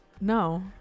No